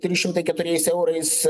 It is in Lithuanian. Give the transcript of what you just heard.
trys šimtai keturiais eurais